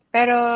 Pero